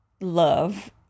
love